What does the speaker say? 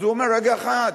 אומר: רגע אחד,